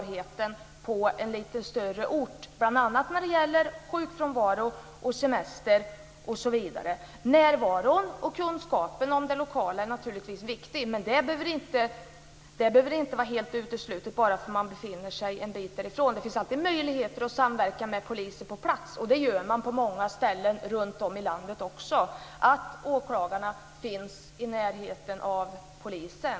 Det har minskat sårbarheten när det bl.a. gäller sjukfrånvaro, semester osv. Närvaron och kunskapen om de lokala förhållandena är naturligtvis viktig, men det behöver inte vara uteslutet bara för att man befinner sig en bit därifrån. Det finns alltid möjligheter att samverka med poliser på plats. Det gör man på olika ställen i landet genom att åklagarna finns i närheten av polisen.